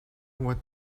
what